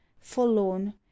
forlorn